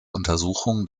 untersuchung